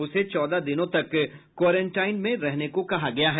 उसे चौदह दिनों तक क्वारेंटाइन में रहने को कहा गया है